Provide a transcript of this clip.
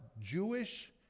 jewish